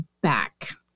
back